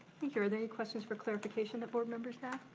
thank you. are there any questions for clarification that board members have?